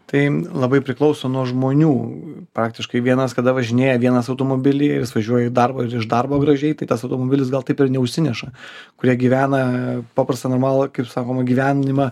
tai labai priklauso nuo žmonių praktiškai vienas kada važinėja vienas automobilyje ir važiuoja į darbą ir iš darbo gražiai tai tas automobilis gal taip ir neužsineša kurie gyvena paprastą normalų kaip sakoma gyvenimą